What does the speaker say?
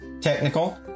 technical